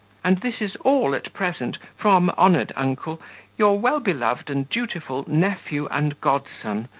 and this is all at present from, honoured uncle your well-beloved and dutiful nephew and godson,